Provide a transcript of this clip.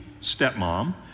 stepmom